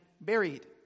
buried